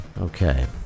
Okay